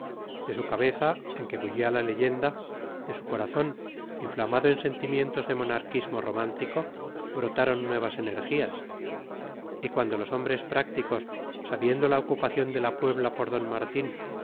de su cabeza en que bullía la leyenda de su corazón inflamado en sentimientos de monarquismo romántico brotaron nuevas energías y cuando los hombres prácticos sabiendo la ocupación de la puebla por d martín